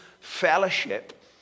fellowship